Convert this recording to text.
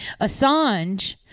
Assange